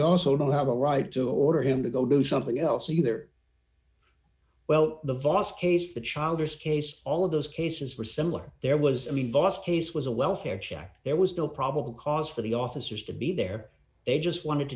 also don't have a right to order him to go do something else either well the vos case the child is case all of those cases were similar there was an invoice case was a welfare check there was no probable cause for the officers to be there a just wanted to